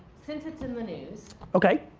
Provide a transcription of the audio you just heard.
since it's in the news okay.